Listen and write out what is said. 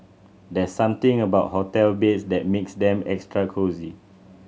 there's something about hotel beds that makes them extra cosy